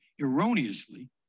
erroneously